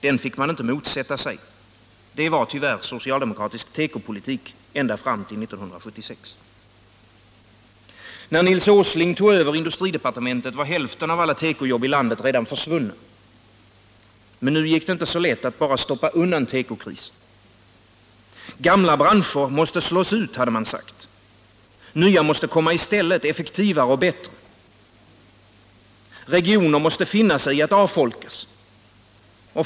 Den fick man inte motsätta sig — det var tyvärr socialdemokratisk 20 november 1978 tekopolitik ända fram till 1976. När Nils Åsling tog över industridepartementet var hälften av alla tekojobb i landet redan försvunna. Men nu gick det inte så lätt att bara stoppa undan tekokrisen. Gamla branscher måste slås ut, hade man sagt. Nya måste komma i stället, effektivare och bättre. Regioner måste finna sig i att avfolkas.